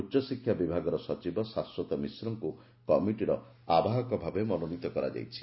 ଉଚ୍ଚଶିକ୍ଷା ବିଭାଗର ସଚିବ ଶାଶ୍ୱତ ମିଶ୍ରଙ୍କୁ କମିଟିର ଆବାହକ ଭାବେ ମନୋନୀତ କରାଯାଇଛି